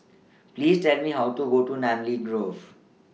Please Tell Me How to Go to Namly Grove